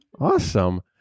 Awesome